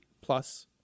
plus